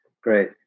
Great